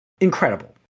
incredible